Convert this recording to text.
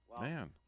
Man